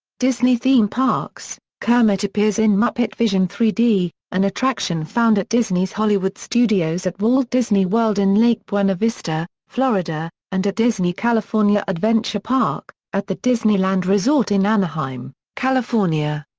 disney theme parks kermit appears in muppet vision three d, an attraction found at disney's hollywood studios at walt disney world in lake buena vista, florida, and at disney california adventure park, at the disneyland resort in anaheim, california.